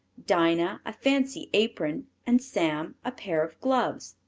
dinah a fancy apron, and sam a pair of gloves.